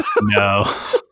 no